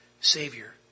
Savior